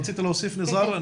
רצית להוסיף, ניזאר?